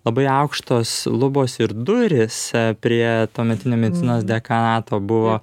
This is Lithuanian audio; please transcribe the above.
labai aukštos lubos ir durys prie tuometinio medicinos dekanato buvo